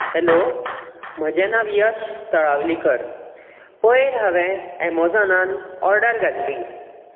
hello म्हजें नांव यश तळावलीकर पयर हावें एमॅजोनार ऑर्डर घाल्ली